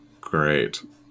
Great